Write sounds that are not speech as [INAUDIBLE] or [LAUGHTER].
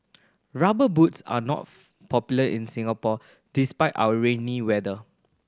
Rubber Boots are not [UNINTELLIGIBLE] popular in Singapore despite our rainy weather